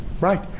Right